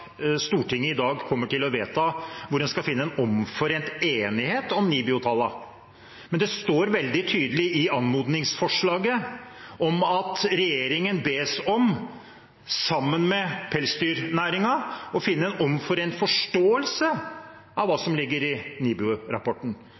Stortinget i dag kommer til å vedta, hvor en skal finne en omforent enighet om NIBIO-tallene. Men det står veldig tydelig i forslaget at en ber regjeringen, sammen med pelsdyrnæringen, om å finne en omforent forståelse av hva